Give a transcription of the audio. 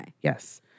Yes